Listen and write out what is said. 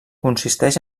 consisteix